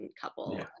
couple